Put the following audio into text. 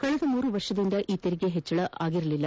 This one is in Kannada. ಕಳೆದ ಮೂರು ವರ್ಷಗಳಿಂದ ಈ ತೆರಿಗೆ ಹೆಚ್ಚಳವಾಗಿರಲಿಲ್ಲ